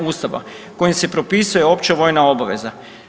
Ustava kojim se propisuje opće vojna obaveza.